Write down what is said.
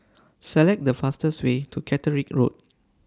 Select The fastest Way to Caterick Road